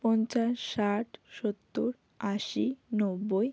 পঞ্চাশ ষাট সত্তর আশি নব্বই